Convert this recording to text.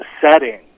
setting